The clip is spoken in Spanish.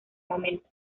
momento